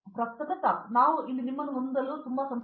ಪ್ರತಾಪ್ ಹರಿದಾಸ್ ನಾವು ಇಲ್ಲಿ ನಿಮ್ಮನ್ನು ಹೊಂದಲು ತುಂಬಾ ಸಂತೋಷ